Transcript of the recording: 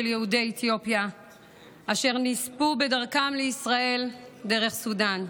יהודי אתיופיה אשר נספו בדרכם לישראל דרך סודאן.